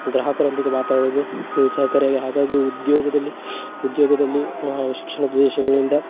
ಗ್ರಾಹಕರೊಂದಿಗೆ ಮಾತಾಡೋದು ಸಹಕಾರಿಯಾಗಿ ಹಾಗಾಗಿ ಉದ್ಯೋಗದಲ್ಲಿ ಉದ್ಯೋಗದಲ್ಲಿ ನಾವು ಶಿಕ್ಷಣ